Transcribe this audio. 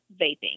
vaping